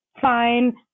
fine